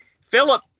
Philip